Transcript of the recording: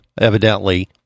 evidently